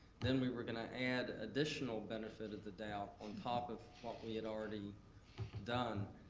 then we were gonna add additional benefit of the doubt on top of what we had already done.